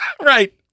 Right